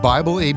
Bible